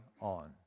on